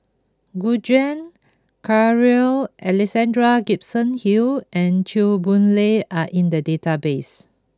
Gu Juan Carl Alexander Gibson Hill and Chew Boon Lay are in the database